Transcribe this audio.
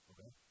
Okay